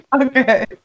Okay